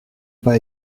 pas